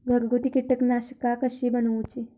घरगुती कीटकनाशका कशी बनवूची?